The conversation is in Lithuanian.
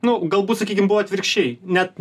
nu galbūt sakykim buvo atvirkščiai net